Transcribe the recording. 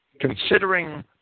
considering